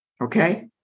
Okay